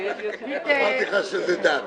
אמרתי לך שזו דת.